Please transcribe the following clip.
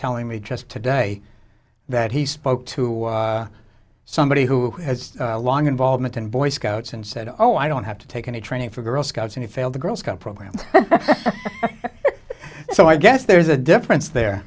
telling me just today that he spoke to somebody who has a long involvement in boy scouts and said oh i don't have to take any training for girl scouts and he failed the girl scout program so i guess there's a difference there